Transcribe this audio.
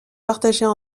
partagées